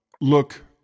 look